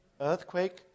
Earthquake